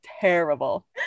terrible